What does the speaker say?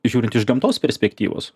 žiūrint iš gamtos perspektyvos